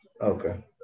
Okay